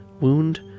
wound